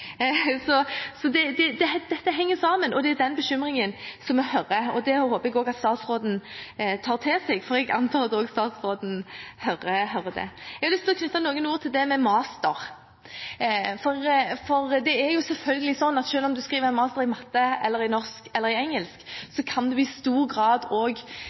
Dette henger sammen, og det er denne bekymringen vi hører. Det håper jeg at statsråden tar til seg, for jeg antar at også statsråden hører den. Jeg har lyst til å knytte noen ord til master. Det er selvfølgelig sånn at selv om du skriver en masteroppgave i matte, i norsk eller i engelsk, kan du i stor grad